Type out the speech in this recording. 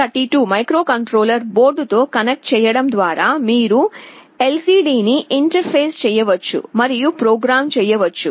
STM32 microcontroller బోర్డ్తో connect చేయడం ద్వారా మీరు ఎల్సిడిని ఇంటర్ఫేస్ చేయవచ్చు మరియు ప్రోగ్రామ్ చేయవచ్చు